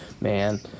man